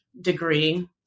degree